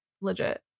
legit